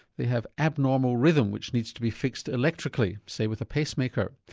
they have abnormal rhythm which needs to be fixed electrically, say with a pacemaker.